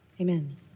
Amen